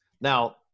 Now